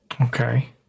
Okay